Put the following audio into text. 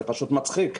זה מצחיק.